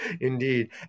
indeed